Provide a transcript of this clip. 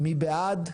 מי בעד?